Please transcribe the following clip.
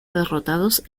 derrotados